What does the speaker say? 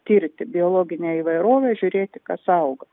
tirti biologinę įvairovę žiūrėti kas auga